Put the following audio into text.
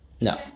No